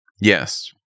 yes